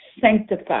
sanctify